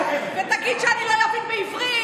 ותגיד שאני לא אבין בעברית,